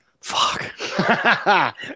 Fuck